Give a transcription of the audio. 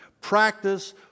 Practice